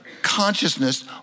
consciousness